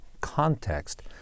context